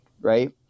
right